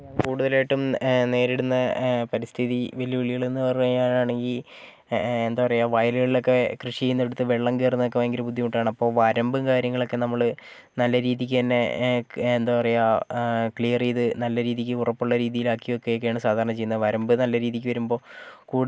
കൂടുതലായിട്ടും നേരിടുന്ന പരിസ്ഥിതി വെല്ലുവിളികൾ എന്ന് പറഞ്ഞുകഴിഞ്ഞാൽ ആണെങ്കിൽ എന്താണ് പറയുക വയലുകളിലൊക്കെ കൃഷി ചെയ്യുന്നിടത്തൊക്കെ വെള്ളം കയറുന്നതൊക്കെ ഭയങ്കര ബുദ്ധിമുട്ടാണ് അപ്പോൾ വരമ്പ് കാര്യങ്ങളൊക്കെ നമ്മൾ നല്ല രീതിക്ക് തന്നെ എന്താണ് പറയുക ക്ലിയർ ചെയ്ത് നല്ല രീതിക്ക് ഉറപ്പുള്ള രീതിയിലാക്കി വയ്ക്കുകയൊക്കെയാണ് സാധാരണ ചെയ്യുന്നത് വരമ്പ് നല്ല രീതിക്ക് വരുമ്പോൾ